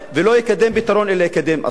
ולא יקדם פתרון אלא יקדם אסון.